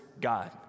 God